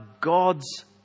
God's